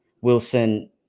Wilson